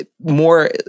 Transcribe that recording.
more